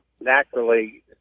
naturally